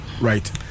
right